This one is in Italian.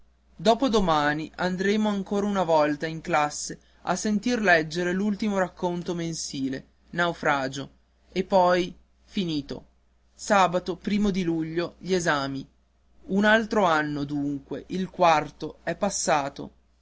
domani andremo ancora una volta in classe a sentir leggere l'ultimo racconto mensile naufragio e poi finito sabato primo di luglio gli esami un altro anno dunque il quarto è passato